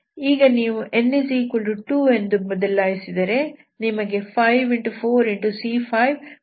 ಈಗ ನೀವು n2 ಎಂದು ಬದಲಾಯಿಸಿದರೆ ನಿಮಗೆ 5